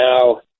now